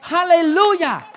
Hallelujah